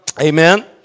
Amen